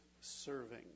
serving